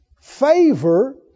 favor